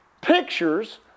pictures